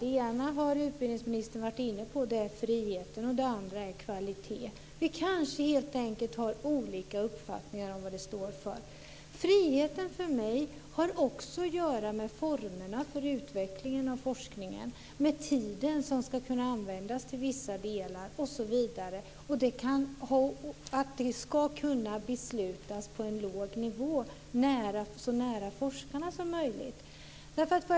Det ena har utbildningsministern varit inne på. Det är frihet. Det andra är kvalitet. Vi kanske helt enkelt har olika uppfattningar om vad det står för. Friheten har för mig också att göra med formerna för utveckling av forskning. Tiden ska kunna användas till vissa delar osv. Det ska kunna beslutas på en låg nivå, så nära forskarna som möjligt.